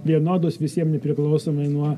vienodos visiem nepriklausomai nuo